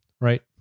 right